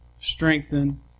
strengthen